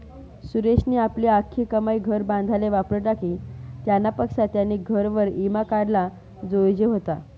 सुरेशनी आपली आख्खी कमाई घर बांधाले वापरी टाकी, त्यानापक्सा त्यानी घरवर ईमा काढाले जोयजे व्हता